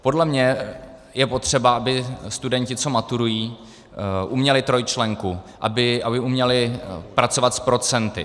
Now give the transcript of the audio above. Podle mě je potřeba, aby studenti, co maturují, uměli trojčlenku, aby uměli pracovat s procenty.